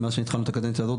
מאז שהתחלנו את הקדנציה הזאת,